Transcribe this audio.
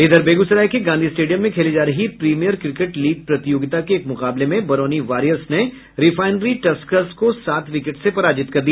इधर बेगूसराय के गांधी स्टेडियम में खेली जा रही प्रीमियर क्रिकेट लीग प्रतियोगिता के एक मुकाबले में बरौनी वारियर्स ने रिफाईनरी टस्कर्स को सात विकेट से पराजित कर दिया